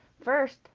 First